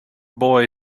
boy